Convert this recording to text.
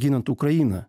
ginant ukrainą